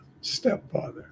stepfather